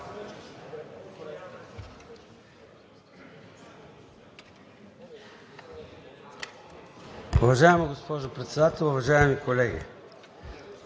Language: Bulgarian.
Уважаема госпожо Председател, уважаеми колеги!